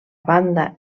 banda